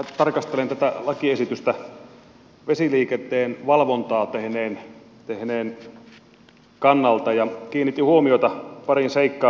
minä tarkastelen tätä lakiesitystä vesiliikenteen valvontaa tehneen kannalta ja kiinnitin huomiota pariin seikkaan